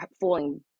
falling